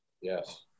Yes